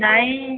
ନାଇଁ